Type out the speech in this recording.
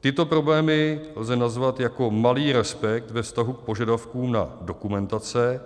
Tyto problémy lze nazvat jako malý respekt ve vztahu k požadavkům na dokumentace